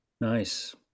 Nice